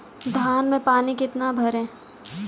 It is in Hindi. धान में पानी कितना भरें?